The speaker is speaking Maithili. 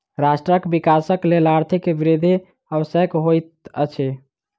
राष्ट्रक विकासक लेल आर्थिक वृद्धि आवश्यक होइत अछि